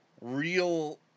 real